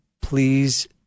Please